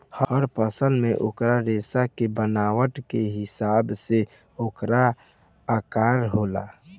हर फल मे ओकर रेसा के बनावट के हिसाब से ओकर आकर होला